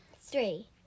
Three